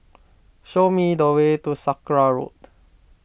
show me the way to Sakra Road